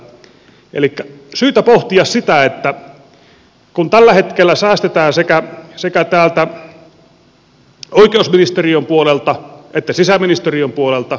sitä on syytä pohtia kun tällä hetkellä säästetään sekä täältä oikeusministeriön puolelta että sisäministeriön puolelta